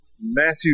Matthew